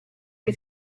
che